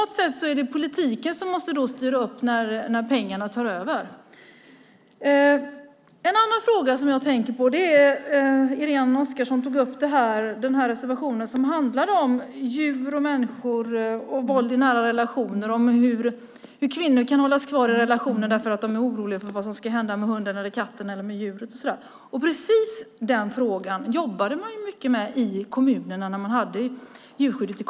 Det är politiken som måste styra upp när pengarna tar över. Irene Oskarsson tog upp den reservation som handlar om djur och människor och våld i nära relationer och om hur kvinnor kan hållas kvar i relationer därför att de är oroliga för vad som ska hända med hunden eller katten. Just den frågan jobbade man mycket med i kommunerna när man hade hand om djurskyddet.